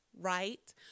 right